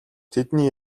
тэдний